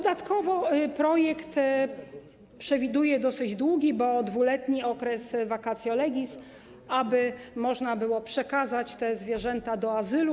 Dodatkowo projekt przewiduje dosyć długi, bo 2-letni, okres vacatio legis, aby można było przekazać te zwierzęta do azylu.